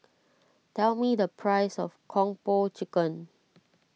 tell me the price of Kung Po Chicken